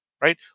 right